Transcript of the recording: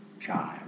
child